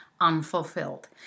unfulfilled